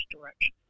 direction